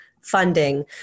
funding